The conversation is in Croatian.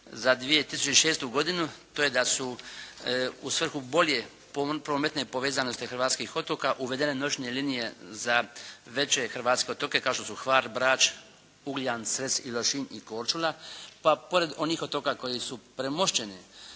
za 2006. godinu to je da su u svrhu bolje prometne povezanosti hrvatskih otoka uvedene noćne linije za veće hrvatske otoke kao što su Hvar, Brač, Ugljan, Cres i Lošinj i Korčula, pa pored onih otoka koji su premošćeni